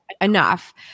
enough